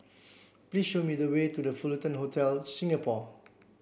please show me the way to The Fullerton Hotel Singapore